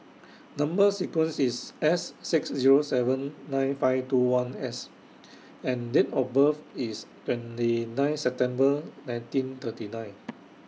Number sequence IS S six Zero seven nine five two one S and Date of birth IS twenty nine September nineteen thirty nine